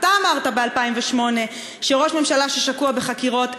אתה אמרת ב-2008 שראש ממשלה ששקוע בחקירות,